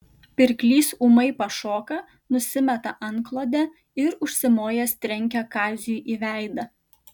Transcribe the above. pirklys ūmai pašoka nusimeta antklodę ir užsimojęs trenkia kaziui į veidą